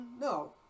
No